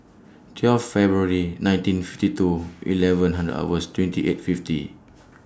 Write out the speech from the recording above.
twelve February nineteen fifty two eleven Hand hours twenty eight fifty